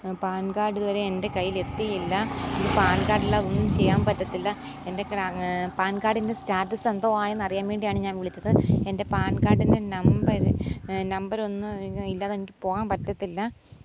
PAN card ഇതുവരെയും എന്റെ കയ്യിലെത്തിയില്ല എനിക്ക് പാന് കാഡില്ലാതൊന്നും ചെയ്യാന് പറ്റത്തില്ല എന്റെ കാൻ പാന് കാഡിന്റെ സ്റ്റാറ്റസെന്തോവായെന്നറിയാന് വേണ്ടിയാണ് ഞാന് വിളിച്ചത് എന്റെ പാന് കാഡിന്റെ നമ്പര് നമ്പരൊന്ന് ഇല്ലാതെനിക്ക് പോവാന് പറ്റത്തില്ല